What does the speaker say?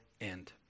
end